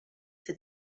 for